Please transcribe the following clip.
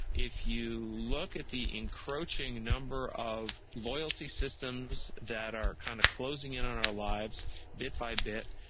if you look at the encroaching number of loyalty systems that are kind of closing in on our lives bit by bit,